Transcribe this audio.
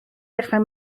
dechrau